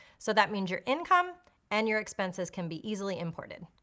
so that means your income and your expenses can be easily imported.